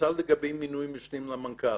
החלטה לגבי מינוי משנים למנכ"ל.